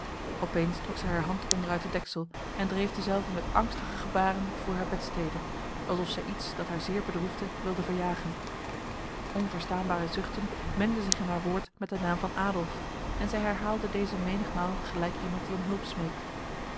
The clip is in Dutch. opeens trok zij haar hand onder uit het deksel en dreef dezelve met angstige gebaren voor haar bedstede alsof zij iets dat haar zeer bedroefde wilde verjagen onverstaanbare zuchten mengden zich in haar mond met de naam van adolf en zij herhaalde deze menigmaal gelijk iemand die om hulp smeekt